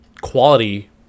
quality